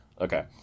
Okay